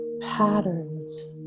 patterns